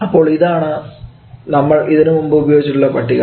അപ്പോൾ ഇതാണ് നമ്മൾ ഇതിനുമുൻപും ഉപയോഗിച്ചിട്ടുള്ള പട്ടിക